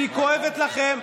והיא כואבת לכם,